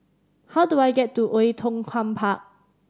how do I get to Oei Tiong Ham Park